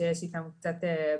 שיש איתם בעיתיות,